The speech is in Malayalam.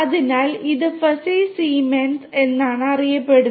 അതിനാൽ ഇത് ഫസി സി മെൻസ് എന്നാണ് അറിയപ്പെടുന്നത്